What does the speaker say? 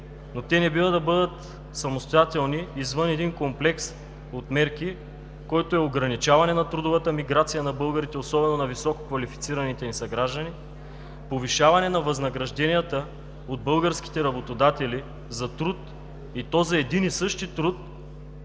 но те не бива да бъдат самостоятелни, извън комплекс от мерки, което е ограничаване на трудовата миграция на българите особено на висококвалифицираните ни съграждани, повишаване на възнагражденията от българските работодатели за труд, и то за един и същи труд,